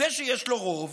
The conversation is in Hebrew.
זה שיש לו רוב